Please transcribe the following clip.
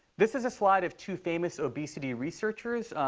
this is a slide of two famous obesity researchers,